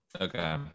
Okay